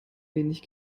wenig